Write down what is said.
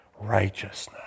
righteousness